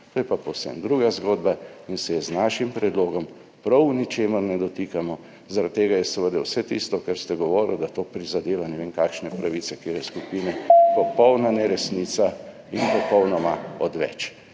To je pa povsem druga zgodba in se je z našim predlogom prav v ničemer ne dotikamo. Zaradi tega je seveda vse tisto, kar ste govorili, da to prizadeva ne vem kakšne pravice ne vem katere skupine, popolna neresnica in popolnoma odveč.